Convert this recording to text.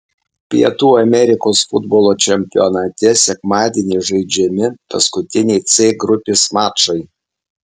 pietų amerikos futbolo čempionate sekmadienį žaidžiami paskutiniai c grupės mačai